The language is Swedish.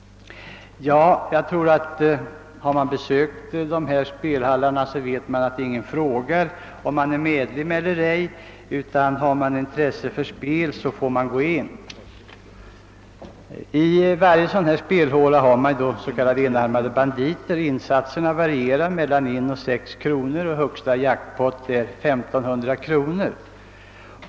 Om man har besökt dessa spelhallar, vet man också att ingen frågar efter om man är medlem eller ej; bara man har intresse för spel får man komma in. I varje spelhåla finns s.k. enarmade banditer. Insatserna varierar mellan 1 krona och 6 kronor och högsta jackpot är 1500 kronor.